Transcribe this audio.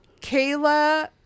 Kayla